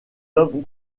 homme